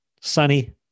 Sunny